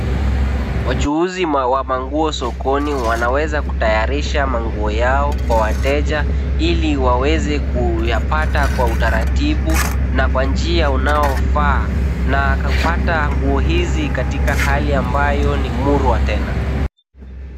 Wachuzi wa manguo sokoni wanaweza kutayarisha mangu yao kwa wateja ili waweze kuyapata kwa utaratibu, na kwa njia unaofaa na kapata nguo hizi katika hali ambayo ni murwa wa tena.